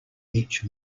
each